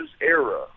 era